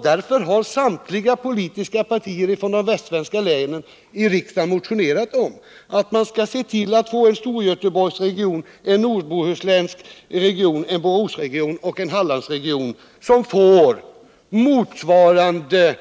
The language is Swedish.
Därför har ledamöter, representerande alla västsvenska län och samtliga politiska partier i riksdagen, motionerat om att man skall se till att få en Storgöteborgsregion, en nordbohuslänsk region, en Boråsregion och en Hallandsregion som får motsvarande